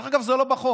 דרך אגב, זה לא בחוק.